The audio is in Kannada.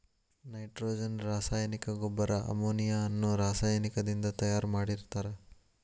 ನೈಟ್ರೋಜನ್ ರಾಸಾಯನಿಕ ಗೊಬ್ಬರ ಅಮೋನಿಯಾ ಅನ್ನೋ ರಾಸಾಯನಿಕದಿಂದ ತಯಾರ್ ಮಾಡಿರ್ತಾರ